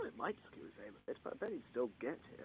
but might skew his aim a bit, but i bet he'd still get